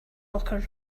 locker